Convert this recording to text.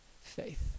faith